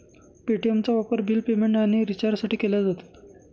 पे.टी.एमचा वापर bill payment आणि रिचार्जसाठी केला जातो